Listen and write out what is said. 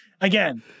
again